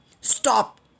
Stop